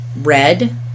red